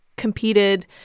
competed